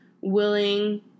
willing